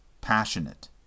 passionate